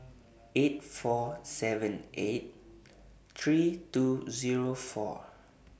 eight four seven eight three two Zero four